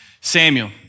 Samuel